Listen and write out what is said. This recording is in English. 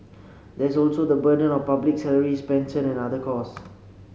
there is also the burden of public salaries pensions and other costs